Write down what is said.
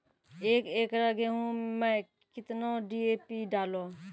एक एकरऽ गेहूँ मैं कितना डी.ए.पी डालो?